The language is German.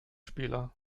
spieler